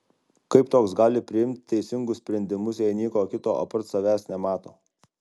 kaip toks gali priimt teisingus sprendimus jei nieko kito apart savęs nemato